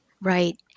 right